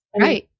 right